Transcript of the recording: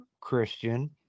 Christian